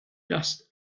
dust